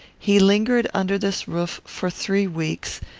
he lingered under this roof for three weeks,